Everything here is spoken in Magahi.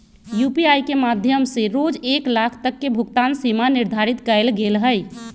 यू.पी.आई के माध्यम से रोज एक लाख तक के भुगतान सीमा निर्धारित कएल गेल हइ